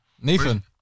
Nathan